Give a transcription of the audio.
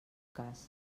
cas